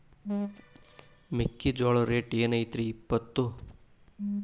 ಮೆಕ್ಕಿಜೋಳ ರೇಟ್ ಏನ್ ಐತ್ರೇ ಇಪ್ಪತ್ತು?